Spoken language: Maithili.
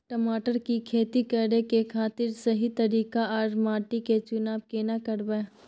टमाटर की खेती करै के खातिर सही तरीका आर माटी के चुनाव केना करबै?